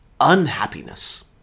unhappiness